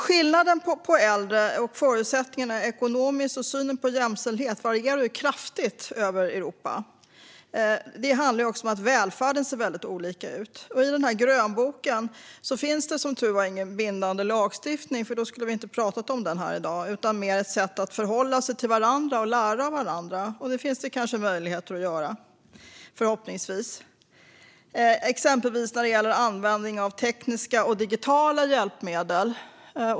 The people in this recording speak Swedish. Skillnaden när det gäller äldre och deras förutsättningar och synen på jämställdhet varierar kraftigt över Europa. Det handlar också om att välfärden ser väldigt olika ut. I grönboken finns som tur är ingen bindande lagstiftning, för då skulle vi inte ha pratat om den här i dag. Det handlar mer om ett sätt att förhålla sig till varandra och lära av varandra, och det finns det förhoppningsvis möjligheter att göra. Det kan exempelvis gälla användningen av tekniska och digitala hjälpmedel.